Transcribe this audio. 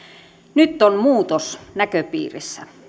nyt on muutos näköpiirissä